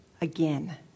again